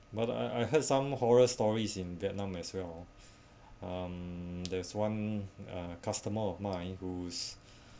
but I I heard some horror stories in vietnam as well ah um there's one customer uh of mine who's